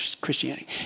Christianity